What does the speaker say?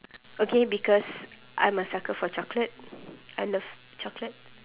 okay because I am a sucker for chocolate I love chocolate